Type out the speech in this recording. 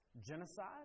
Genocide